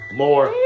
more